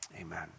Amen